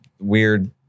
Weird